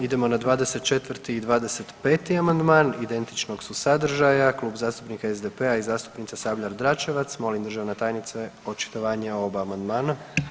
Idemo na 24. i 25. amandman, identičnog su sadržaja, Kluba zastupnika SDP-a i zastupnica Sabljar-Dračevac, molim državna tajnice, očitovanje o oba amandmana.